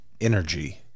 energy